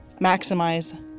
maximize